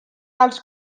als